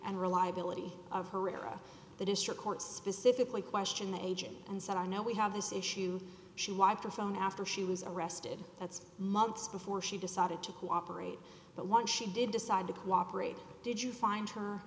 and reliability of herrera the district court specifically questioned the agent and said i know we have this issue she lived her phone after she was arrested that's months before she decided to cooperate but once she did decide to cooperate did you find her